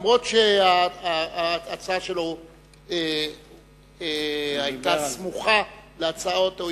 אף-על-פי שההצעה שלו היתה סמוכה להצעות,